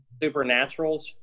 Supernaturals